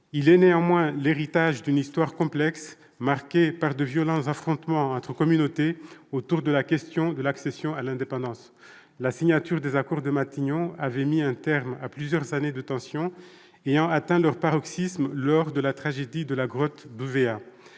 est, néanmoins, l'héritage d'une histoire complexe, marquée par de violents affrontements entre communautés autour de la question de l'accession à l'indépendance. La signature des accords de Matignon avait mis un terme à plusieurs années de tensions ayant atteint leur paroxysme lors de la tragédie de la grotte